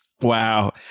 wow